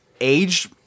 age